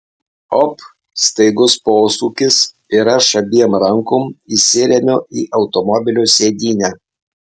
op staigus posūkis ir aš abiem rankom įsiremiu į automobilio sėdynę